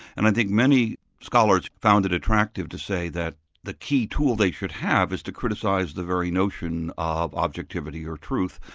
and i think many scholars found it attractive to say that the key tool they should have is to criticise the very notion of objectivity or truth.